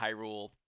Hyrule